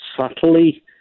subtly